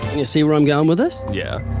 you see where i'm going with this? yeah.